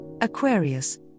Aquarius